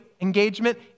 engagement